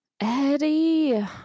Eddie